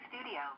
studio